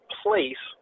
place